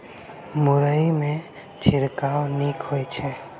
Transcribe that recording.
मुरई मे छिड़काव नीक होइ छै?